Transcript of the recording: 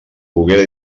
poguera